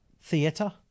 Theatre